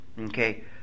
Okay